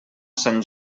sant